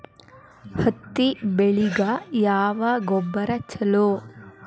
ಹತ್ತಿ ಬೆಳಿಗ ಯಾವ ಗೊಬ್ಬರ ಛಲೋ?